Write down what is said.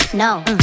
No